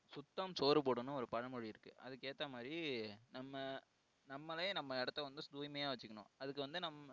சுத்தம் சோறு போடும்னு ஒரு பழமொழி இருக்குது அதுக்கு ஏற்ற மாதிரி நம்ம நம்மளே நம்ம இடத்த வந்து தூய்மையாக வச்சுக்கணும் அதுக்கு வந்து நம்